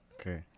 Okay